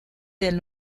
del